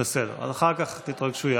אחר כך תתרגשו יחד.